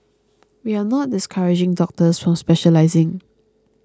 we are not discouraging doctors from specialising